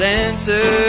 answer